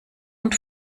und